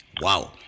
Wow